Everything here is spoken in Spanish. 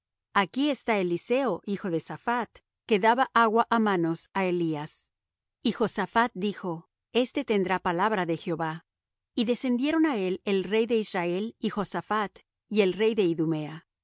aquí está eliseo hijo de saphat que daba agua á manos á elías y josaphat dijo este tendrá palabra de jehová y descendieron á él el rey de israel y josaphat y el rey de idumea